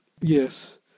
yes